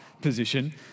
position